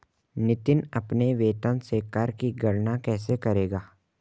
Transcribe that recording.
नितिन अपने वेतन से कर की गणना कैसे करेगा?